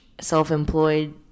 self-employed